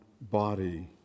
body